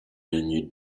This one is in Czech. není